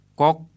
kok